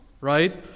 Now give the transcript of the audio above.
right